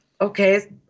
Okay